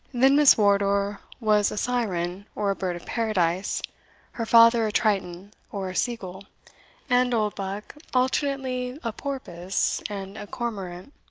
then miss wardour was a syren, or a bird of paradise her father a triton, or a sea-gull and oldbuck alternately a porpoise and a cormorant.